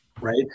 right